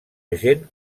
agent